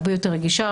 הרבה יותר רגישה,